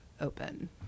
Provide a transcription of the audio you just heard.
open